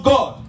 God